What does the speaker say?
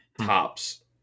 tops